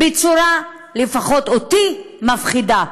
בצורה שלפחות אותי מפחידה.